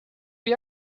wie